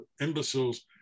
imbeciles